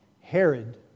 Herod